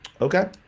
Okay